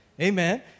Amen